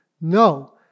no